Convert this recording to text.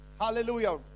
hallelujah